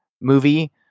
movie